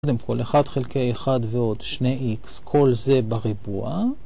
קודם כל 1 חלקי 1 ועוד 2x כל זה בריבוע.